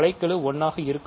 தலைக்கெழுஅல்ல